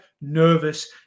nervous